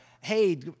hey